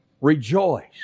Rejoice